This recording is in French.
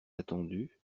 attendue